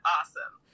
Awesome